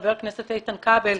חבר הכנסת איתן כבל,